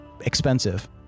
expensive